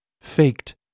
faked